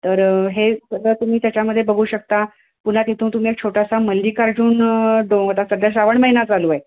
तर हे सगळं तुम्ही त्याच्यामध्ये बघू शकता पुन्हा तिथून तुम्ही एक छोटासा मल्लिकार्जून डोंगर आहे आता सध्या श्रावण महिना चालू आहे